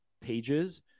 pages